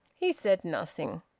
he said nothing,